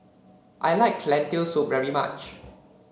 I like Lentil Soup very much